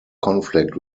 conflict